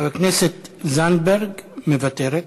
חברת הכנסת זנדברג, מוותרת.